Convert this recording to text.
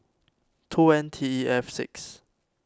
two N T E F six